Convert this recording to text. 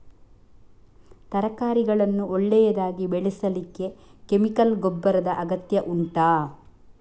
ತರಕಾರಿಗಳನ್ನು ಒಳ್ಳೆಯದಾಗಿ ಬೆಳೆಸಲಿಕ್ಕೆ ಕೆಮಿಕಲ್ ಗೊಬ್ಬರದ ಅಗತ್ಯ ಉಂಟಾ